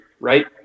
right